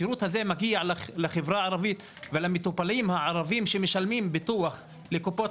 השירות הזה מגיע לחברה הערבית ולמטופלים הערבים שמשלמים ביטוח לקופות